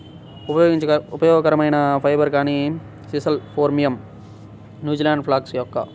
ఉపయోగకరమైన ఫైబర్, కానీ sisal phormium, New Zealand flax yucca